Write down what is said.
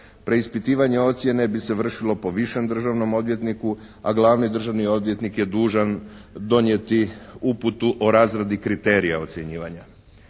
Preispitivanje ocjene bi se vršilo po višem državnom odvjetniku a glavni državni odvjetnik je dužan donijeti uputu o razradi kriterija ocjenjivanja.